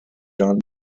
jon